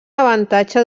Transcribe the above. avantatge